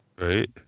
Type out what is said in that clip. right